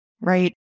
right